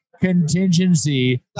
contingency